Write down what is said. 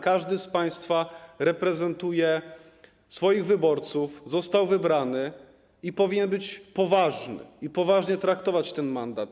Każdy z państwa reprezentuje swoich wyborców, został wybrany, powinien być poważny i poważnie traktować ten mandat.